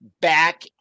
back